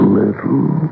little